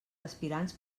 aspirants